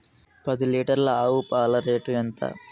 పది లీటర్ల ఆవు పాల రేటు ఎంత?